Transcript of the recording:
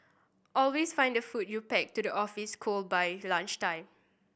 always find the food you pack to the office cold by lunchtime